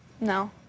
No